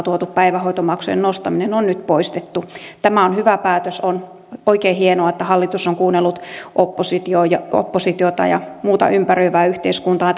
tuotu päivähoitomaksujen nostaminen on nyt poistettu tämä on hyvä päätös on oikein hienoa että hallitus on kuunnellut oppositiota ja oppositiota ja muuta ympäröivää yhteiskuntaa